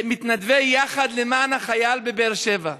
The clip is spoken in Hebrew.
מתנדבי יחד למען החייל בבאר שבע,